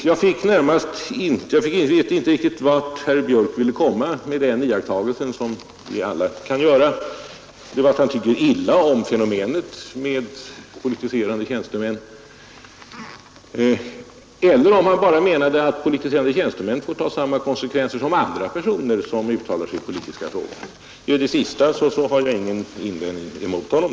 Jag vet inte riktigt vart herr Björck ville komma med den iakttagelsen — som vi alla kan göra — om han tyckte illa om fenomenet med politiserande tjänstemän, eller om han bara menade att politiserande tjänstemän får ta samma konsekvenser som andra personer som uttalar sig i politiska frågor. Mot det sista har jag ingen invändning att göra.